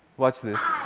watch this.